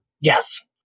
Yes